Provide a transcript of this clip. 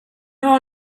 har